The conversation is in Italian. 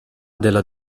della